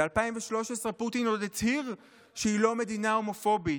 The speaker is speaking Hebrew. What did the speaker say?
ב-2013, פוטין עוד הצהיר שהיא לא מדינה הומופובית.